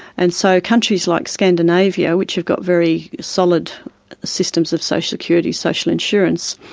and so countries like scandinavia, which have got very solid systems of social security, social insurance,